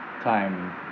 time